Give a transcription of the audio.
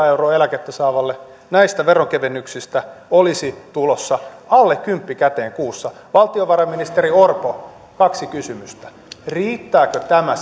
euroa eläkettä saavalle näistä veronkevennyksistä olisi tulossa alle kymppi käteen kuussa valtiovarainministeri orpo kaksi kysymystä riittääkö tämä